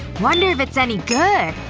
wonder if it's any good.